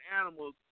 animals